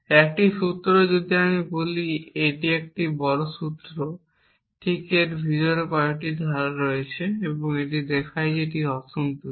একটি সূত্র যখন আমি বলি এটি একটি বড় সূত্র ঠিক এটির ভিতরে অনেকগুলি ধারা রয়েছে এবং এটি দেখায় যে সূত্রটি অসন্তুষ্ট